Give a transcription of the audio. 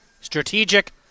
Strategic